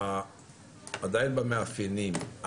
עדיין במאפיינים,